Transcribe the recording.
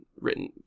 written